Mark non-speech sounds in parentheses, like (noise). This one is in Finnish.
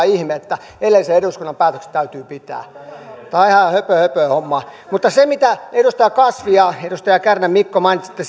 (unintelligible) ihme että edellisen eduskunnan päätökset täytyy pitää tämä on ihan höpöhöpöhommaa mutta mitä edustaja kasvi ja edustaja kärnä mikko mainitsitte (unintelligible)